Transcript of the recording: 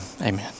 amen